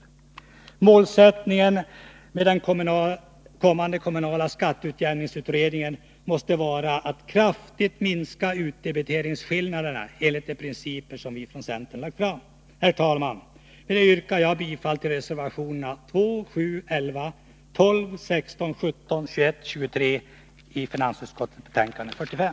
Nr 164 Målsättningen med den kommande kommunala skatteutjämningsutred Torsdagen den ningen måste vara att kraftigt minska utdebiteringsskillnader enligt de 2 juni 1983 principer vi från centern lagt fram. Herr talman! Med detta yrkar jag bifall till reservationerna 2, 7, 11, 12, 16; 17, 21 och 23 i finansutskottets betänkande 45.